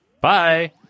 Bye